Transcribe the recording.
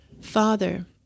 Father